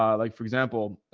um like for example,